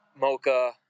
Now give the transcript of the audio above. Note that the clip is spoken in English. Mocha